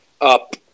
up